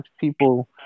people